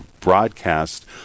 broadcast